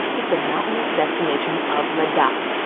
is the mountainous destination of ladakh.